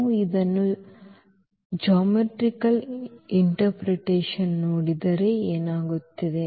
ನಾವು ಇದನ್ನು ಜ್ಯಾಮಿತೀಯವಾಗಿ ನೋಡಿದರೆ ಏನಾಗುತ್ತಿದೆ